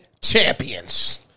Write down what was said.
champions